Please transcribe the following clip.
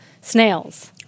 snails